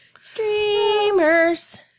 Streamers